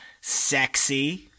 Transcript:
sexy